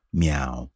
meow